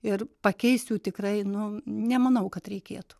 ir pakeist jų tikrai nu nemanau kad reikėtų